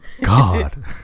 God